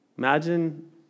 Imagine